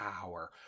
power